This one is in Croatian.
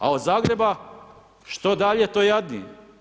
A od Zagreba što dalje to jadnije.